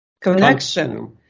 connection